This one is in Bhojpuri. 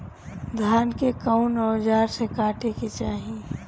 धान के कउन औजार से काटे के चाही?